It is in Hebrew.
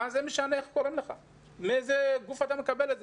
מה זה משנה מאיזה גוף אתה מקבל את זה,